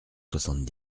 soixante